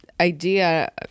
idea